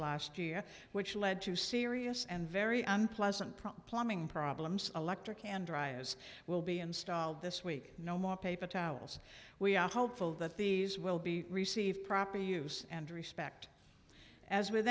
last year which led to serious and very unpleasant problem plumbing problems electric and dry as will be installed this week no more paper towels we are hopeful that these will be receive proper use and respect as with